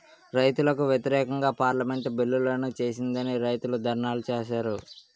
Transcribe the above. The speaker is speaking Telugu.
రైతులకు వ్యతిరేకంగా పార్లమెంటు బిల్లులను చేసిందని రైతులు ధర్నాలు చేశారు